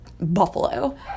Buffalo